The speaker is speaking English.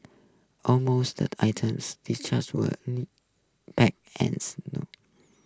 almost the items distrust were any and snow